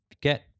get